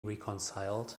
reconciled